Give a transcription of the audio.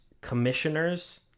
commissioners